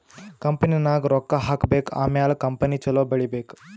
ಕಂಪನಿನಾಗ್ ರೊಕ್ಕಾ ಹಾಕಬೇಕ್ ಆಮ್ಯಾಲ ಕಂಪನಿ ಛಲೋ ಬೆಳೀಬೇಕ್